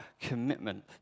commitment